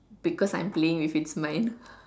because I'm playing with its mind